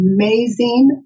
amazing